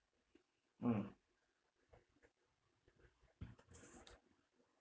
mm